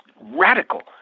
radical